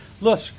Look